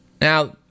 Now